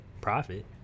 profit